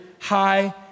high